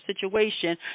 situation